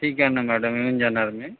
ठीक आहे न मॅडम येऊन जाणार मी